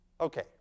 Okay